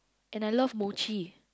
and I love mochi